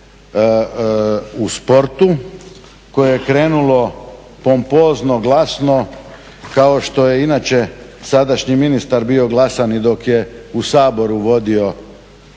u sportu koje je krenulo pompozno glasno kao što je i inače sadašnji ministar bio glasan i dok je u Saboru vodio